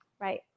Right